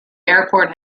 airport